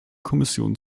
kommission